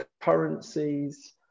currencies